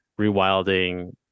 rewilding